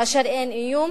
כאשר אין איום,